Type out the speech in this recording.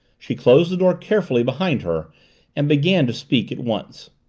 she closed the door carefully behind her and began to speak at once.